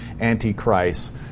antichrist